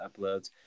uploads